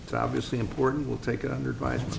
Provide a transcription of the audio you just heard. e obviously important will take it under advisement